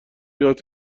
یاد